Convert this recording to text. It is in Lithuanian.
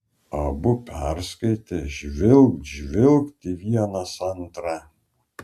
abu perskaitę žvilgt žvilgt į vienas antrą